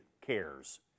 cares